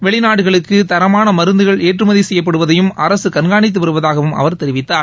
வெளிநாடுகளுக்கு தரமான மருந்துகள் ஏற்றுமதி செய்யப்படுவதையும் அரசு கண்கானித்து வருவதாகவும் அவர் தெரிவித்தார்